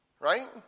Right